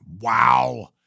Wow